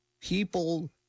people